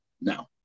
now